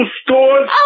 stores